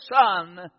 Son